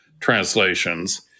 translations